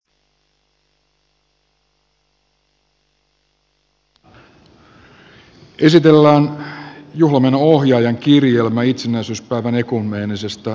esitellään juhlamenojenohjaajan kirjelmä itsenäisyyspäivän ekumeenisesta